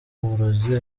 uburozi